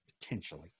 Potentially